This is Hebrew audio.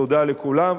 תודה לכולם.